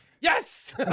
Yes